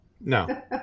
no